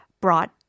brought